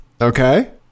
okay